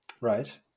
Right